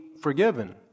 forgiven